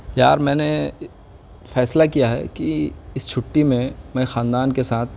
یار میں نے فیصلہ کیا ہے کہ اس چھٹی میں میں خاندان کے ساتھ